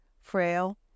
frail